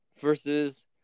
Versus